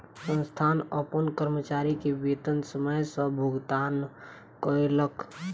संस्थान अपन कर्मचारी के वेतन समय सॅ भुगतान कयलक